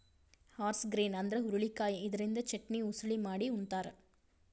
horse grain ಅಂದ್ರ ಹುರಳಿಕಾಯಿ ಇದರಿಂದ ಚಟ್ನಿ, ಉಸಳಿ ಮಾಡಿ ಉಂತಾರ್